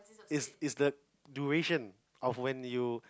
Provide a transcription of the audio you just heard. is is the duration of when you